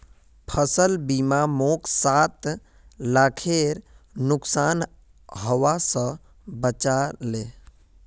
फसल बीमा मोक सात लाखेर नुकसान हबा स बचा ले